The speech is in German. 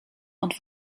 und